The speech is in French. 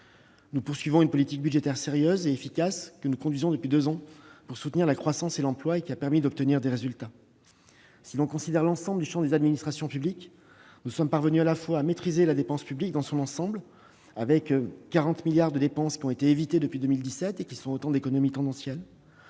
Nous poursuivons la politique budgétaire sérieuse et efficace que nous conduisons depuis deux ans pour soutenir la croissance et l'emploi, car cette politique a permis d'obtenir des résultats. Si l'on considère l'ensemble du champ des administrations publiques, nous sommes parvenus à la fois à maîtriser la dépense publique dans son ensemble- 40 milliards d'euros de dépenses ont été évités depuis 2017, soit autant d'économies tendancielles